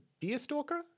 Deerstalker